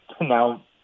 Now